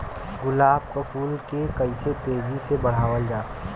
गुलाब क फूल के कइसे तेजी से बढ़ावल जा?